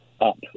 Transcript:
up